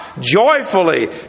joyfully